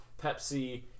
pepsi